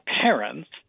parents